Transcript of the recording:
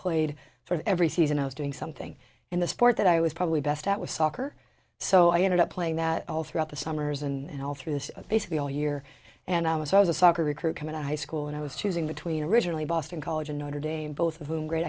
played for every season i was doing something in the sport that i was probably best at was soccer so i ended up playing that all throughout the summers and all through this basically all year and i was i was a soccer recruit coming to high school and i was choosing between originally boston college and notre dame both of whom great